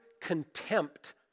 contempt